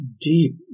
deep